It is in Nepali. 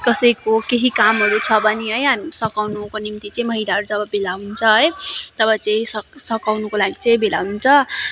कसैको केही कामहरू छ भने सघाउनुको निम्ति चाहिँ महिलाहरू जब भेला हुन्छ है तब चाहिँ सक् सघाउनुको लागि चाहिँ भेला हुन्छ